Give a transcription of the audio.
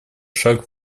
шаг